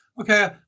Okay